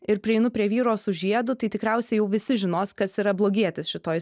ir prieinu prie vyro su žiedu tai tikriausiai jau visi žinos kas yra blogietis šitoj